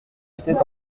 était